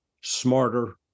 smarter